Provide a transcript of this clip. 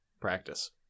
practice